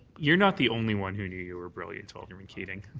you're not the only one who knew you were brilliant, alderman keating.